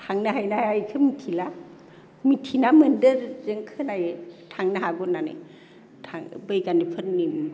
थांनो हायो ना हाया बेखौ मिथिला मिथिना मोन्दों जों खोनायो थांनो हागौ होननानै बैगानिकफोरनि